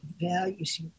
values